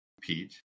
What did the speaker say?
Pete